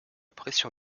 pression